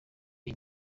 iyi